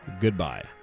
Goodbye